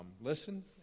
listen